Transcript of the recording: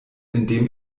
indem